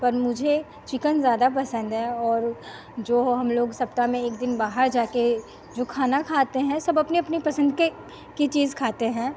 पर मुझे चिकन ज्यादा पसंद है और जो हमलोग सप्ताह में एक दिन बाहर जाकर जो खाना खाते हैं सब अपनी अपनी पसंद के की चीज खाते हैं